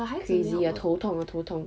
crazy ah 头痛啊头痛